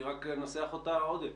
רק אנסח אותה עוד.